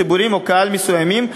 ציבורים או קהלים מסוימים,